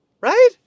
right